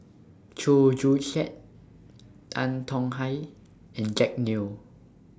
Chew Joo Chiat Tan Tong Hye and Jack Neo